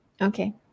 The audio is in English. Okay